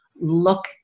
look